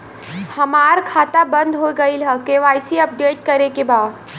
हमार खाता बंद हो गईल ह के.वाइ.सी अपडेट करे के बा?